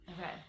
Okay